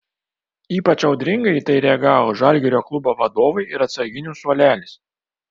ypač audringai į tai reagavo žalgirio klubo vadovai ir atsarginių suolelis